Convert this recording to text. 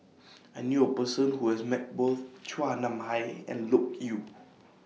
I knew A Person Who has Met Both Chua Nam Hai and Loke Yew